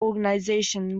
organisation